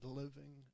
living